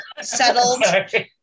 settled